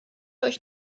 euch